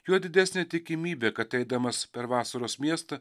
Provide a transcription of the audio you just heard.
juo didesnė tikimybė kad eidamas per vasaros miestą